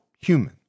human